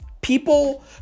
People